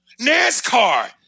NASCAR